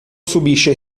subisce